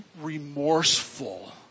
remorseful